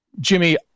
Jimmy